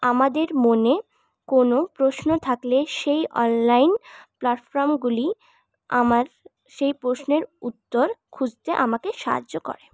আমাদের মনে কোনও প্রশ্ন থাকলে সেই অনলাইন প্ল্যাটফর্মগুলি আমার সেই প্রশ্নের উত্তর খুঁজতে আমাকে সাহায্য করে